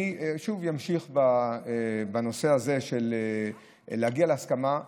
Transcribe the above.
אני אמשיך לנסות להגיע להסכמה,